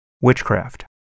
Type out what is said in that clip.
witchcraft